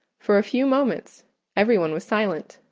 for a few moments every one was silent.